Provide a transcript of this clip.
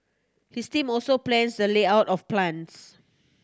his team also plans the layout of plants